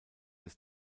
des